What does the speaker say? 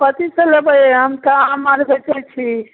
कथीसब लेबै हम तऽ आम आओर बेचै छी